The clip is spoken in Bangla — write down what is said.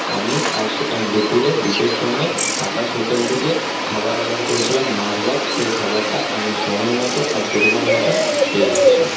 আমি আজ দুপুরে দুটোর সময়ে আকাশ হোটেল থেকে খাবার অর্ডার করেছিলাম মাছ ভাত সেই খাবারটা আমি সময় মতো আর পরিমাণ মতো পেয়ে গেছি